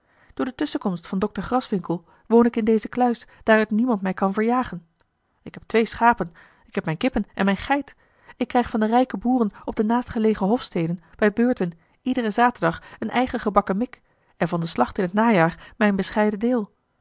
door de tusschenkomst van dokter graswinckel woon ik in deze kluis waaruit niemand mij kan verjagen ik heb twee schapen ik heb mijne kippen en mijne geit ik krijg van de rijke boeren op de naastgelegen hofsteden bij beurten iederen zaterdag een eigen gebakken mik en van de slacht in t najaar mijn bescheiden deel